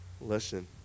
Listen